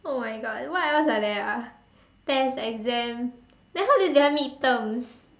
oh my god what else are there ah test exam then how do you define midterms